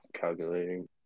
Calculating